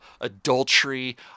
adultery